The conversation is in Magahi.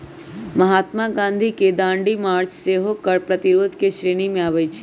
महात्मा गांधी के दांडी मार्च सेहो कर प्रतिरोध के श्रेणी में आबै छइ